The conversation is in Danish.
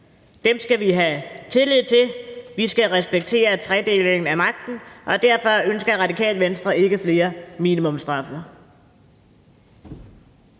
Dem skal vi have tillid til. Vi skal respektere tredelingen af magten, og derfor ønsker Radikale Venstre ikke flere minimumsstraffe.